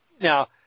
Now